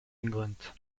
england